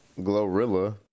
Glorilla